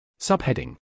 Subheading